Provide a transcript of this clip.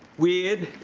weird?